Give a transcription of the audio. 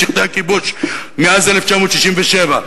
משטחי הכיבוש מאז 1967,